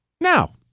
now